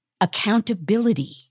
Accountability